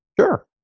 Sure